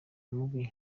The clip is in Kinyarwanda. mubi